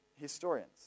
historians